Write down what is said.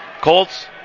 Colts